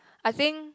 I think